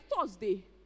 Thursday